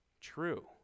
true